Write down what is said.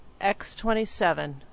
X27